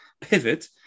pivot